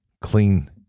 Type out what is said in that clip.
Clean